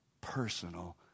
personal